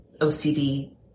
OCD